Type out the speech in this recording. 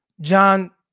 John